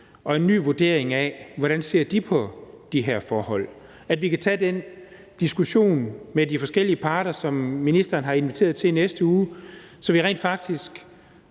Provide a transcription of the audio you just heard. og en ny vurdering af, hvordan de ser på det her, og til at vi tager den diskussion med de forskellige parter, som ministeren har inviteret til i næste uge, så vi rent faktisk